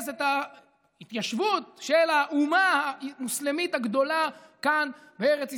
את ההתיישבות של האומה המוסלמית הגדולה כאן בארץ ישראל.